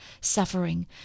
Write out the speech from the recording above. suffering